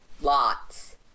lots